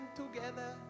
together